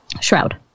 shroud